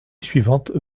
suivante